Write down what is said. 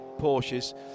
Porsches